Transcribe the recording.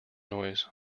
noise